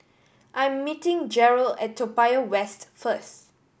I am meeting Jerrell at Toa Payoh West first